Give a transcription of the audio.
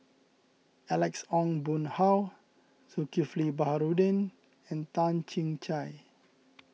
Alex Ong Boon Hau Zulkifli Baharudin and Toh Chin Chye